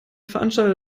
veranstalter